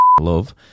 love